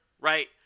Right